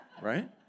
Right